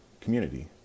community